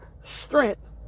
strength